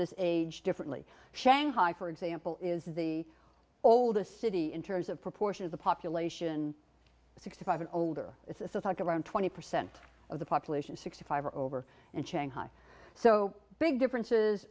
this age differently shanghai for example is the oldest city in terms of proportion of the population sixty five and older it's the talk around twenty percent of the population sixty five or over and shanghai so big differences